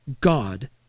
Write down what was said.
God